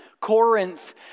Corinth